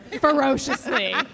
ferociously